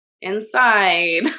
inside